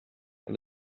and